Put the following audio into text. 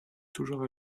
toujours